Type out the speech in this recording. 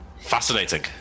Fascinating